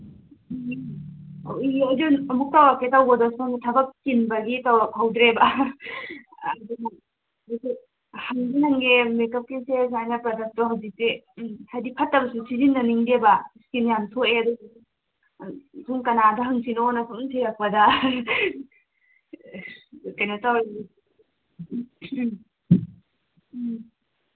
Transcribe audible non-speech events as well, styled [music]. [unintelligible] ꯑꯃꯨꯛ ꯇꯧꯔꯛꯀꯦ ꯇꯧꯕꯗ ꯁꯨꯝ ꯊꯕꯛ ꯆꯤꯟꯕꯒꯤ ꯇꯧꯔꯛꯍꯧꯗꯔꯦꯕ [unintelligible] ꯃꯦꯀꯞꯀꯤꯁꯦ ꯁꯨꯃꯥꯏꯅ ꯄ꯭ꯔꯗꯛꯇꯣ ꯍꯧꯖꯤꯛꯁꯦ ꯍꯥꯏꯗꯤ ꯐꯠꯇꯕꯁꯨ ꯁꯤꯖꯤꯟꯅꯅꯤꯡꯗꯦꯕ ꯏꯁꯀꯤꯟ ꯌꯥꯝ ꯁꯣꯛꯑꯦ ꯁꯨꯝ ꯀꯅꯥꯗ ꯍꯪꯁꯤꯅꯣꯅ ꯁꯨꯝ ꯊꯤꯔꯛꯄꯗ ꯀꯩꯅꯣ [unintelligible]